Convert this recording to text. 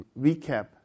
recap